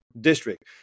district